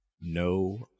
No